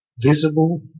visible